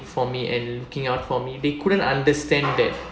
for me and looking out for me they couldn't understand that